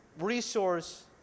resource